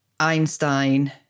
Einstein